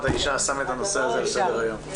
האישה שם את הנושא הזה על סדר-היום.